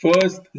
first